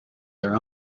their